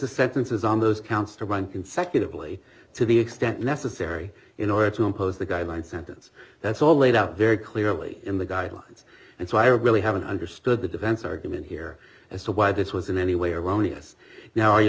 sentences on those counts to run consecutively to the extent necessary in order to impose the guideline sentence that's all laid out very clearly in the guidelines and so i really haven't understood the defense argument here as to why this was in any way around yes now you